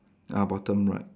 ah bottom right